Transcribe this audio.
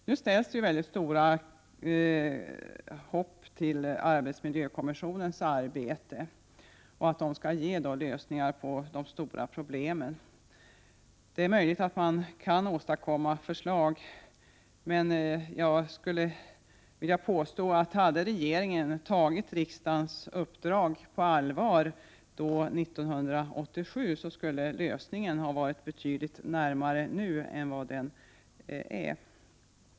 Nu ställs det mycket stort hopp till arbetsmiljökommissionens arbete, och att det skall ge lösningar på de stora problemen. Det är möjligt att man kan åstadkomma förslag, men jag skulle vilja påstå att om regeringen 1987 hade tagit riksdagens uppdrag på allvar, skulle lösningen ha varit betydligt närmare nu än vad den är.